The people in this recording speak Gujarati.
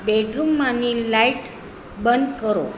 બેડરૂમમાંની લાઈટ બંધ કરો